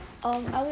um I would